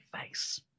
face